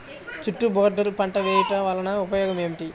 చుట్టూ బోర్డర్ పంట వేయుట వలన ఉపయోగం ఏమిటి?